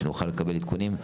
כדי שנוכל לקבל עדכונים.